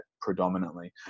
predominantly